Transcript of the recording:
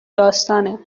داستانه